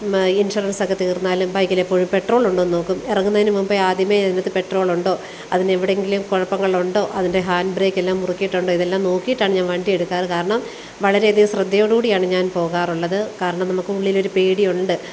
ഇൻഷുറൻസൊക്കെ തീർന്നാലും ബൈക്കിലെപ്പോഴും പെട്രോളുണ്ടോയെന്ന് നോക്കും ഇറങ്ങുന്നതിന് മുമ്പേ ആദ്യമേ അതിനകത്ത് പെട്രോളുണ്ടോ അതിനെവിടെയെങ്കിലും കുഴപ്പങ്ങളുണ്ടോ അതിൻ്റെ ഹാൻ്റ്ബ്രേക്കെല്ലാം മുറുക്കിയിട്ടുണ്ടോ ഇതെല്ലം നോക്കിയിട്ടാണ് ഞാൻ വണ്ടിയെടുക്കാറ് കാരണം വളരെയധികം ശ്രദ്ധയോടു കൂടിയാണ് ഞാൻ പോകാറുള്ളത് കാരണം നമുക്കുള്ളിലൊരു പേടിയുണ്ട്